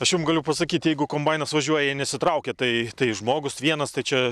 aš jum galiu pasakyt jeigu kombainas važiuoja jie nesitraukia tai tai žmogus vienas tai čia